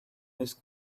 his